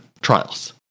Trials